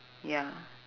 ya